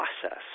process